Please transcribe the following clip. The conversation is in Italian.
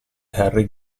harry